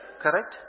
Correct